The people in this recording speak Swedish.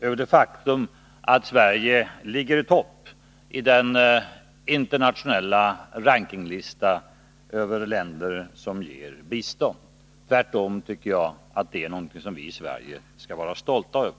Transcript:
över bete m.m. det faktum att Sverige ligger i topp på den internationella rankinglistan över länder som ger bistånd. Tvärtom tycker jag att det är något som vi i Sverige skall vara stolta över.